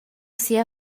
sia